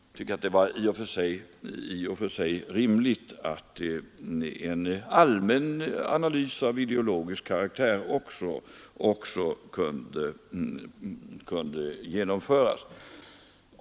Jag tycker det i och för sig var rimligt att en allmän analys av ideologisk karaktär kunde göras.